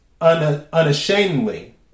unashamedly